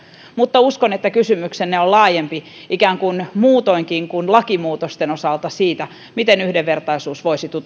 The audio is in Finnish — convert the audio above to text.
mutta uskon että kysymyksenne on laajempi koskee ikään kuin muutoinkin kuin lakimuutosten osalta sitä miten yhdenvertaisuus voisi